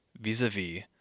vis-a-vis